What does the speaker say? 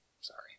Sorry